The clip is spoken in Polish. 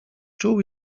czuł